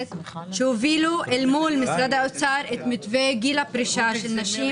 שהובילו מול משרד האוצר את מתווה גיל הפרישה של נשים,